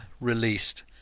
released